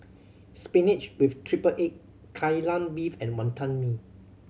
spinach with triple egg Kai Lan Beef and Wantan Mee